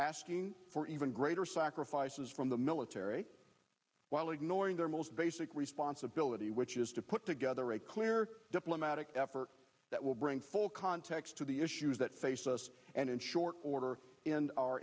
asking for even greater sacrifices from the military while ignoring their most basic responsibility which is to put together a clear diplomatic effort that will bring full context to the issues that face us and in short order and our